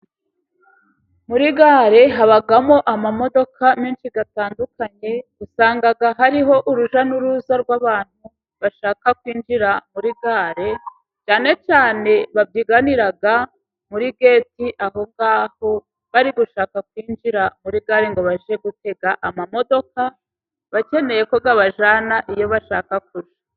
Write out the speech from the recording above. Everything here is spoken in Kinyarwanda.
Muri gare habamo amamodoka menshi atandukanye, usanga hariho urujya n'uruza rw'abantu, bashaka kwinjira muri gare cyane cyane babyiganira muri geti aho ngaho, bari gushaka kwinjira muri gare ngo bajye gutega amamodoka, bakeneye ko abajyana iyo bashaka kujya.